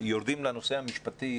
יורדים לנושא המשפטי